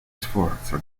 sforza